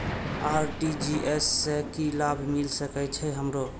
RTGS से की लाभ मिल सके छे हमरो?